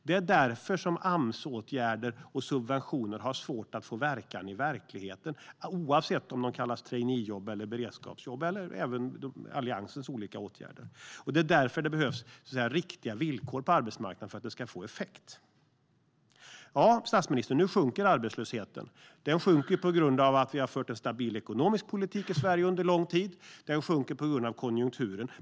Det är därför som Amsåtgärder och subventioner har svårt att få verkan i verkligheten, oavsett om de kallas traineejobb eller beredskapsjobb. Det gäller även Alliansens olika åtgärder. För att det ska få effekt behövs riktiga villkor på arbetsmarknaden. Ja, statsministern, nu sjunker arbetslösheten. Den sjunker till följd av att vi har fört en stabil ekonomisk politik i Sverige under lång tid. Den sjunker till följd av konjunkturen.